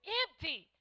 empty